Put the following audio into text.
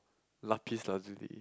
Lapis Lazuli